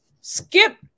skip